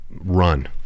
run